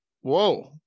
whoa